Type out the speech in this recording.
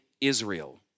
Israel